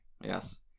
yes